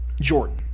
Jordan